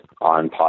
on